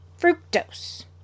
fructose